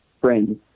friends